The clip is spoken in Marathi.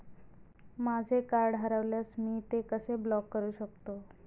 माझे कार्ड हरवल्यास मी ते कसे ब्लॉक करु शकतो?